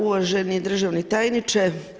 Uvaženi državni tajniče.